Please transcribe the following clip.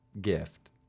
gift